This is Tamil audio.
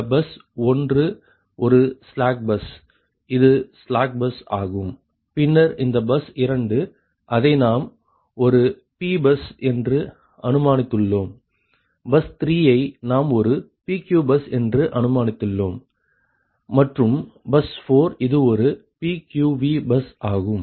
இந்த பஸ் 1 ஒரு ஸ்லாக் பஸ் இது ஸ்லாக் பஸ் ஆகும் பின்னர் இந்த பஸ் 2 அதை நாம் ஒரு Pபஸ் என்று அனுமானித்துள்ளோம் பஸ் 3 ஐ நாம் ஒரு PQ பஸ் என்று அனுமானித்துள்ளோம் மற்றும் பஸ் 4 இது ஒரு PQV பஸ் ஆகும்